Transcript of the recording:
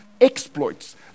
exploits